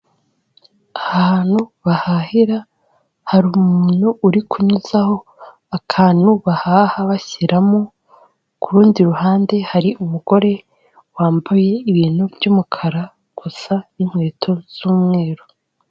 Ahantu bahahira hari umuntu uri kunyuzaho akantu bahaha bashyiramo, ku rundi ruhande hari umugore wambaye ibintu by'umukara gusa n'inkweto z'umweru.